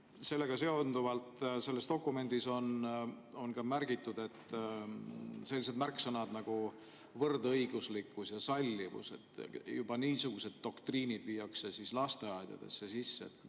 Sellega seonduvalt, selles dokumendis on märgitud sellised märksõnad nagu "võrdõiguslikkus" ja "sallivus". Juba niisugused doktriinid viiakse lasteaedadesse sisse.